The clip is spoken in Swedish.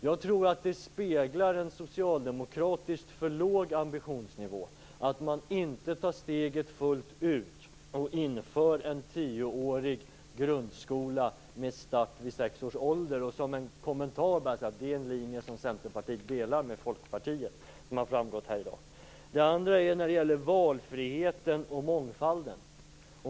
Jag tror att det speglar en socialdemokratisk för låg ambitionsnivå att man inte tar steget fullt ut och inför en tioårig grundskola med start vid sex års ålder. Som en kommentar vill jag bara säga att det är en uppfattning som Centerpartiet delar med Folkpartiet, något som har framgått här i dag. Den andra punkten gäller valfriheten och mångfalden.